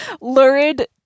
Lurid